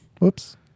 whoops